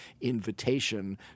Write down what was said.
invitation